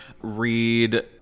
read